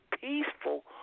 peaceful